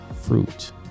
fruit